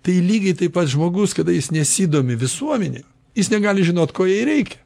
tai lygiai taip pat žmogus kada jis nesidomi visuomene jis negali žinot ko jai reikia